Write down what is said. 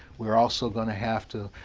we're also going to have to